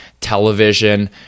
television